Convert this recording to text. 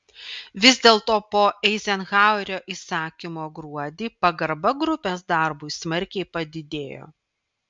vis dėlto po eizenhauerio įsakymo gruodį pagarba grupės darbui smarkiai padidėjo